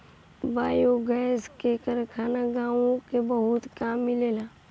biogas क कारखाना गांवन में बहुते कम मिलेला